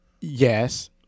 yes